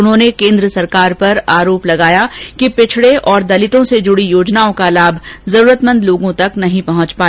उन्होंने केन्द्र सरकार पर आरोप लगाया कि पिछड़े और दलितों से जुड़ी योजनाओं का लाभ जरूरतमंद लोगों तक नहीं पहुंचा